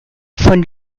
von